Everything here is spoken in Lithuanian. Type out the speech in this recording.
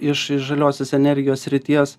iš žaliosios energijos srities